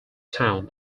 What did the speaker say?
town